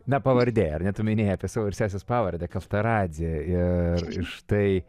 na pavardė ar ne tu minėjai apie savo ir sesės pavardę kaftaradzė ir štai